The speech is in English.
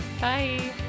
Bye